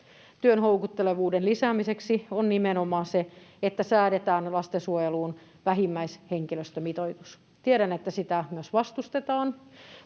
työn houkuttelevuuden lisäämiseksi, on nimenomaan se, että säädetään lastensuojeluun vähimmäishenkilöstömitoitus. Tiedän, että sitä myös vastustetaan,